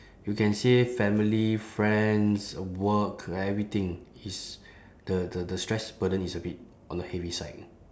you can say family friends work everything is the the the stress burden is a bit on the heavy side